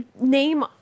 name